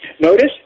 Notice